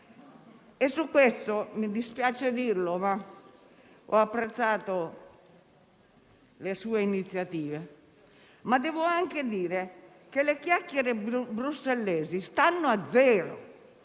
Su questo, mi dispiace dirlo, ho apprezzato le sue iniziative, ma devo anche dire che le chiacchiere "bruxellesi" stanno a zero,